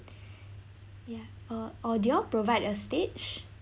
ya or or do you all provide a stage